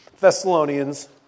Thessalonians